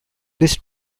these